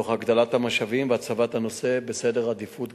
תוך הגדלת המשאבים והצבת הנושא בעדיפות